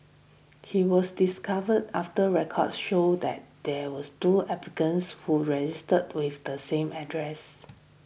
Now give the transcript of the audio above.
he was discovered after records showed that there was two applicants who registered with the same address